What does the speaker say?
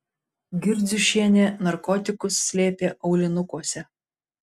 girdziušienė narkotikus slėpė aulinukuose